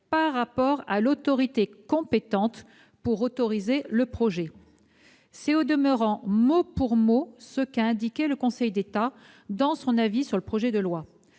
par rapport à l'autorité compétente pour autoriser le projet. Au demeurant, c'est mot pour mot ce qu'a indiqué le Conseil d'État dans son avis sur le projet de loi.